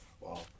Wow